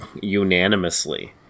unanimously